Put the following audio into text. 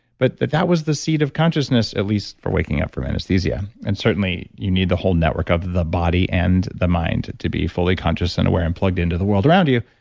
but that that was the seat of consciousness, at least for waking up from anesthesia. and certainly, you need the whole network of the body and the mind to be fully conscious and aware and plugged into the world around you.